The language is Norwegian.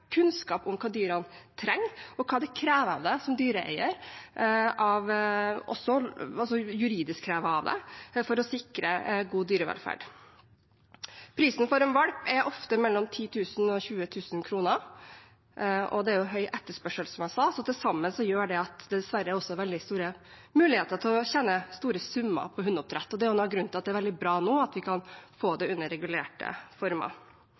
kunnskap om hva dyrene trenger, og om hva som kreves av deg som dyreeier, også juridisk, for å sikre god dyrevelferd. Prisen for en valp er ofte mellom 10 000 og 20 000 kr, og som jeg sa, er det høy etterspørsel. Til sammen gjør det at det dessverre også er veldig store muligheter til å tjene store summer på hundeoppdrett, og det er noe av grunnen til at det er veldig bra at vi nå kan få det i regulerte former.